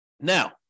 Now